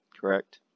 Correct